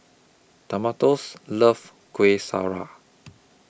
Demetrios loves Kuih Syara